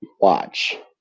watch